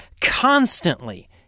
constantly